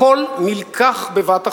הכול נלקח בבת-אחת.